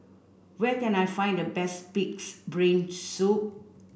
where can I find the best pig's brain soup